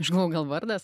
aš galvou gal vardas